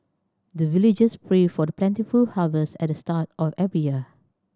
the villagers pray for the plentiful harvest at the start of every year